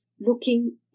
looking